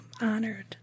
Honored